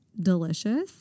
delicious